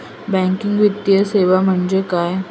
Banking वित्तीय सेवा म्हणजे काय?